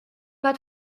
pas